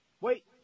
Wait